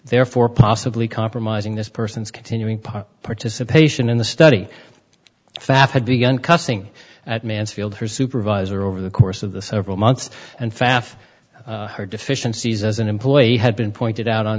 therefore possibly compromising this person's continuing part participation in the study pfaff had begun cussing at mansfield her supervisor over the course of the several months and faff her deficiencies as an employee had been pointed out on